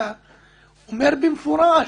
גם לראש מפלגה?